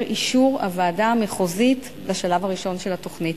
אישור הוועדה המחוזית לשלב הראשון של התוכנית.